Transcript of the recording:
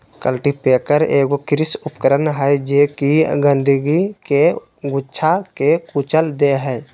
cultipacker एगो कृषि उपकरण हइ जे कि गंदगी के गुच्छा के कुचल दे हइ